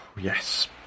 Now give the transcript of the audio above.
yes